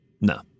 No